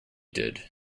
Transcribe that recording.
did